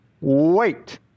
wait